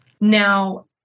Now